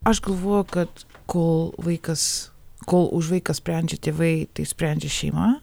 aš galvoju kad kol vaikas kol už vaiką sprendžia tėvai tai sprendžia šeima